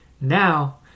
Now